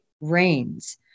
rains